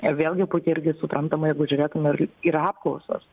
ir vėlgi puikiai irgi suprantama jeigu žiūrėtume ir apklausas